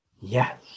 Yes